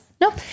Nope